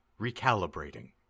recalibrating